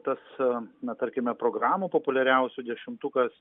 tas na tarkime programų populiariausių dešimtukas